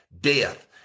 death